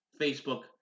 Facebook